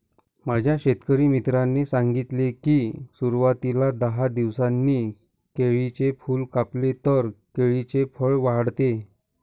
माझ्या शेतकरी मित्राने सांगितले की, सुरवातीला दहा दिवसांनी केळीचे फूल कापले तर केळीचे फळ वाढते